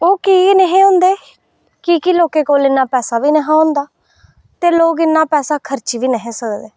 ओह् कीऽ नेहें होंदे की के लोकें कोल इन्ना पैसा बी निहा होंदा ते लोक इन्ना पैसा खर्च बी निं हे सकदे